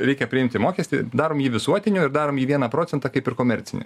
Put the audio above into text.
reikia priimti mokestį darom jį visuotiniu ir darom jį vieną procentą kaip ir komercinį